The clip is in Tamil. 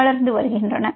வளர்ந்து வருகின்றன